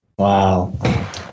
Wow